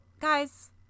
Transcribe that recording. guys